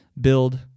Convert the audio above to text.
build